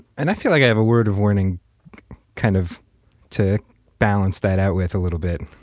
and i feel like i have a word of warning kind of to balance that out with a little bit.